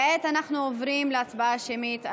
כעת אנחנו עוברים להצבעה שמית,